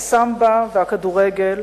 הסמבה והכדורגל,